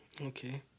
Okay